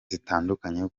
zitandukanye